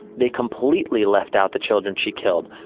they completely left out the children she killed,